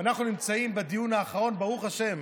ואנחנו נמצאים בדיון האחרון, ברוך השם,